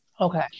Okay